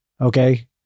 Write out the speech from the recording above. Okay